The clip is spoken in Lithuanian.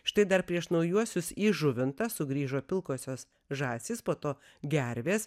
štai dar prieš naujuosius į žuvintą sugrįžo pilkosios žąsys po to gervės